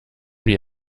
die